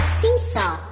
seesaw